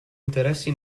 interessi